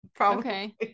okay